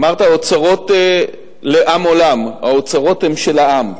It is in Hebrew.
אמרת: אוצרות לעם עולם, האוצרות הם של העם,